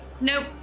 Nope